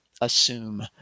assume